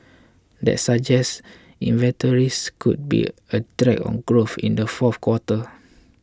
that suggests inventories could be a drag on growth in the fourth quarter